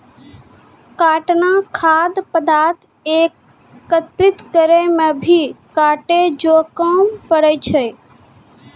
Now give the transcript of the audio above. काटना खाद्य पदार्थ एकत्रित करै मे भी काटै जो काम पड़ै छै